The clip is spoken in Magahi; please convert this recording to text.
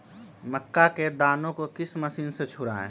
मक्का के दानो को किस मशीन से छुड़ाए?